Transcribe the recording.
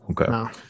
Okay